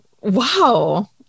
Wow